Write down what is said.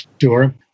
sure